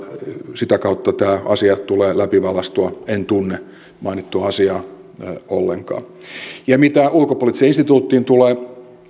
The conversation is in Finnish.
sitä kautta tämä asia tulee läpivalaistua en tunne mainittua asiaa ollenkaan mitä ulkopoliittiseen instituuttiin tulee